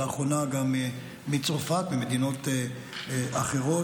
לאחרונה גם מצרפת ומדינות אחרות,